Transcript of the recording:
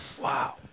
Wow